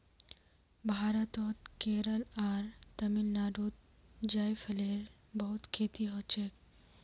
भारतत केरल आर तमिलनाडुत जायफलेर बहुत खेती हछेक